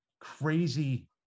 crazy